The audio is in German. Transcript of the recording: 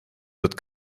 wird